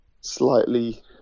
slightly